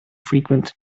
frequent